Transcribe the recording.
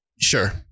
Sure